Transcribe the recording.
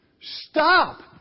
Stop